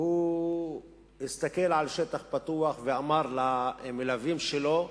הוא הסתכל על שטח פתוח ואמר למלווים שלו: